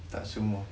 tak semua